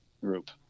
Group